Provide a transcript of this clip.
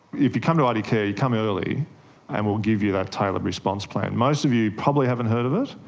if you come to ah idcare, you come early and we will give you that tailored response plan. most of you probably haven't heard of it,